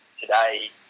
today